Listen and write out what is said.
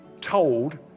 told